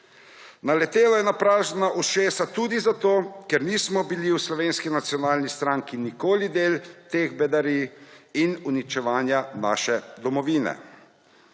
Naletelo je na prazna ušesa tudi zato, ker nismo bili v Slovenski nacionalni stranki nikoli del teh bedarij in uničevanja naše domovine.